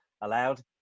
allowed